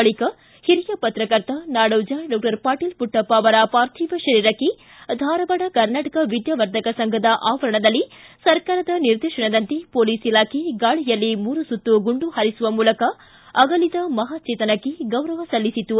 ಬಳಿಕ ಹಿರಿಯ ಪತ್ರಕರ್ತ ನಾಡೋಜ ಡಾಕ್ಟರ್ ಪಾಟೀಲ್ ಪುಟ್ಟಪ್ಪ ಅವರ ಪಾರ್ಥಿವ ಶರೀರಕ್ಕೆ ಧಾರವಾಡ ಕರ್ನಾಟಕ ವಿದ್ಯಾವರ್ಧಕ ಸಂಘದ ಆವರಣದಲ್ಲಿ ನಿನ್ನೆ ಸರ್ಕಾರದ ನಿರ್ದೇಶನದಂತೆ ಪೊಲೀಸ್ ಇಲಾಖೆ ಗಾಳಿಯಲ್ಲಿ ಮೂರು ಸುತ್ತು ಗುಂಡು ಹಾರಿಸುವ ಮೂಲಕ ಅಗಲಿದ ಮಹಾಚೇತನಕ್ಕೆ ಗೌರವ ಸಲ್ಲಿಸಿತು